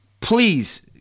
Please